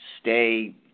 stay